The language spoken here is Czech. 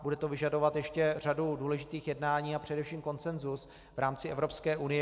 Bude to vyžadovat ještě řadu důležitých jednání a především konsenzus v rámci Evropské unie.